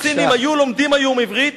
אז מיליארד סינים היו לומדים היום עברית